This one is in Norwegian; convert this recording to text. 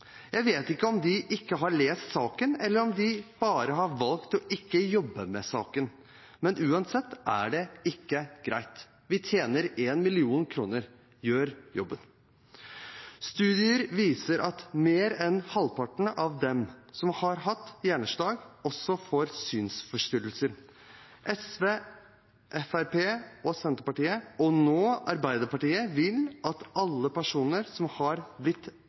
Jeg vet ikke om de ikke har lest saken, eller om de bare har valgt å ikke jobbe med saken, men uansett er det ikke greit. Vi tjener 1 mill. kr – gjør jobben! Studier viser at mer enn halvparten av dem som har hatt hjerneslag, også får synsforstyrrelser. SV, Fremskrittspartiet, Senterpartiet og nå Arbeiderpartiet vil at alle personer som er blitt